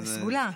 זו סגולה.